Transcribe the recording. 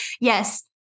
Yes